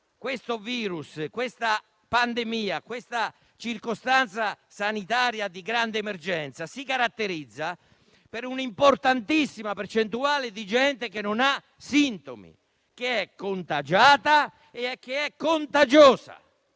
Il virus, la pandemia, l'attuale circostanza sanitaria di grande emergenza si caratterizza per un'importantissima percentuale di persone che non ha sintomi, ma che è contagiata ed è contagiosa.